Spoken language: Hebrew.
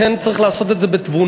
לכן, צריך לעשות את זה בתבונה.